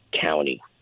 County